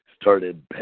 started